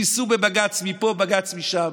ניסו בבג"ץ מפה, בג"ץ משם.